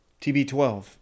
TB12